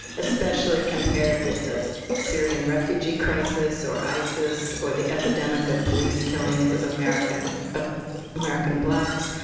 especially compared with the syrian refugee crisis, or isis, or the epidemic of police killings of american of american blacks,